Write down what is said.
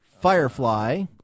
Firefly